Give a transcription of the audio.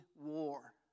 War